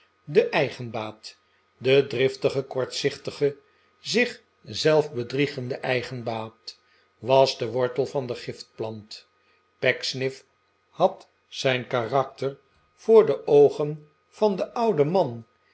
de eigenbaat de driftige kortzichtige zich zelf bedriegende eigenbaat was de wortel van de giftplant pecksniff had zijn karakter voor de oogen van den ouden man